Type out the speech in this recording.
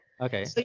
Okay